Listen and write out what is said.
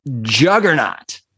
juggernaut